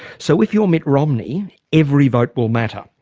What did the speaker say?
so if you're mitt romney every vote will matter.